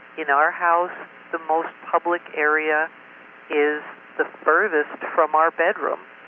in our house the most public area is the furthest from our bedroom.